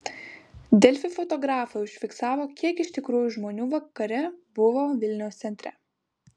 delfi fotografai užfiksavo kiek iš tikrųjų žmonių vakare buvo vilniaus centre